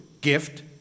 gift